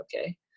okay